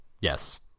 Yes